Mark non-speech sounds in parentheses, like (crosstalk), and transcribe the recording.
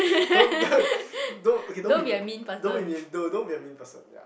(laughs) don't don't don't okay don't be don't be mean no don't be a mean person ya